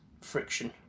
friction